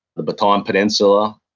the bataan peninsula.